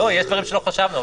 לא, יש דברים שלא חשבנו.